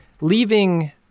leaving